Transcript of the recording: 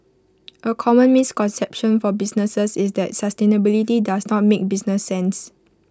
A common misconception for businesses is that sustainability does not make business sense